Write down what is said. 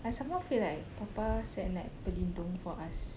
I somehow feel like papa send like pelindung for us